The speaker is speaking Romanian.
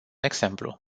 exemplu